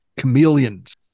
chameleons